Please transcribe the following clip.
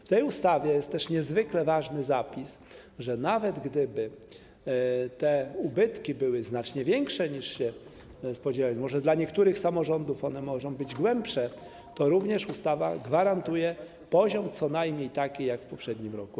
W tej ustawie jest też niezwykle ważny zapis, że nawet gdyby te ubytki były znacznie większe, niż się spodziewamy, może dla niektórych samorządów one mogą być głębsze, to również ustawa gwarantuje poziom co najmniej taki jak w poprzednim roku.